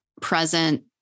present